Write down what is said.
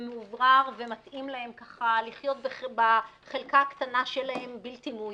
ומאוורר ומתאים להם לחיות בחלק הקטנה שלהם בלתי מאוימים.